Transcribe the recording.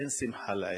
אין שמחה לאיד.